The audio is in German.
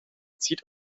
zieht